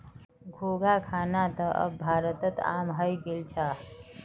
घोंघा खाना त अब भारतत आम हइ गेल छ